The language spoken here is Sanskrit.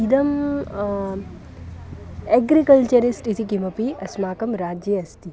इदम् एग्रिकल्चरिस्ट् इति किमपि अस्माकं राज्ये अस्ति